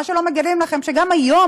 מה שלא מגלים לכם הוא שגם היום